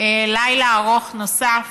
לילה ארוך נוסף,